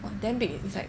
!wah! damn big leh inside